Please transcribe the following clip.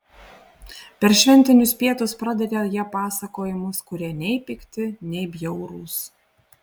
per šventinius pietus pradeda jie pasakojimus kurie nei pikti nei bjaurūs